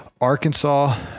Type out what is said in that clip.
Arkansas